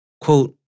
Quote